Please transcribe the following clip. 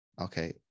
Okay